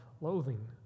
loathing